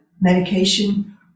medication